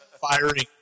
firing